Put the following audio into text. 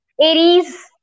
Aries